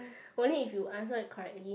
only if you answer correctly